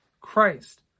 Christ